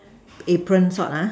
apron sort ah